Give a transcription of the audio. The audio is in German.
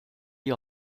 die